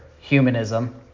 humanism